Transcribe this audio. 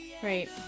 Great